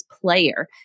player